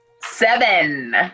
Seven